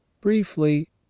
Briefly